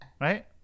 right